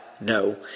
No